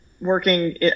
working